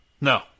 No